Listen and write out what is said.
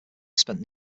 spent